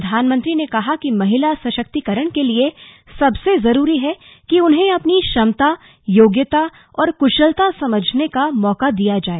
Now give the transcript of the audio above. प्रधानमंत्री ने कहा कि महिला सशक्तिकरण के लिए सबसे जरूरी है कि उन्हें अपनी क्षमता योग्यता और कशलता समझने का मौका दिया जाए